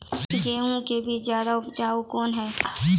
गेहूँ के बीज ज्यादा उपजाऊ कौन है?